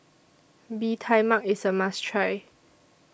Bee Tai Mak IS A must Try